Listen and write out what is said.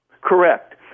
Correct